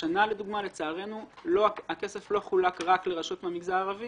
השנה לדוגמה לצערנו הכסף לא חולק רק לרשויות המגזר הערבי